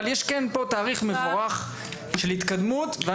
אבל יש כן תהליך מבורך של התקדמות.